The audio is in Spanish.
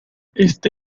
este